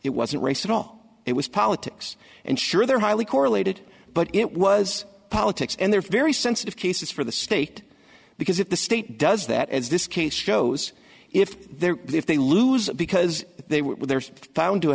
it wasn't race at all it was politics and sure they're highly correlated but it was politics and they're very sensitive cases for the state because if the state does that as this case shows if they're if they lose because they were found